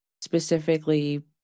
specifically